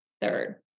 third